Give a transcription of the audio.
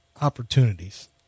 opportunities